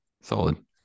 solid